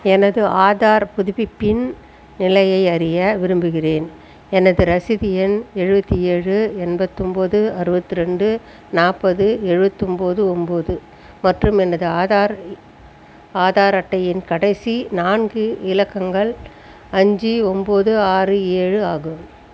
எனது ஆதார் புதுப்பிப்பின் நிலையை அறிய விரும்புகிறேன் எனது ரசீது எண் எழுபத்தி ஏழு எண்பத்தொன்போது அறுவத்தி ரெண்டு நாற்பது எழுபத்தொம்போது ஒன்போது மற்றும் எனது ஆதார் ஆதார் அட்டையின் கடைசி நான்கு இலக்கங்கள் அஞ்சு ஒன்போது ஆறு ஏழு ஆகும்